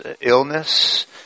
illness